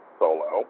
solo